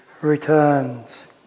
returns